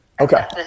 Okay